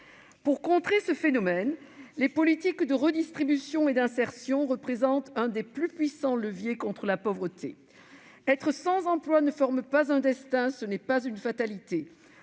Pour contrer ce phénomène, les politiques de redistribution et d'insertion représentent l'un des plus puissants leviers contre la pauvreté. Être sans emploi ne constitue pas un destin, ce n'est pas une fatalité.